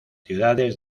ciudades